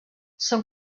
són